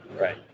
Right